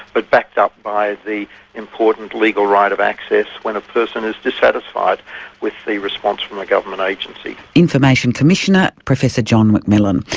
but backed up by the important legal right of access when a person is dissatisfied with the response from a government agency. information commissioner professor john mcmillan,